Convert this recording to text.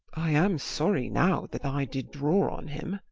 i am sorry now that i did draw on him.